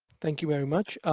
thank you very much,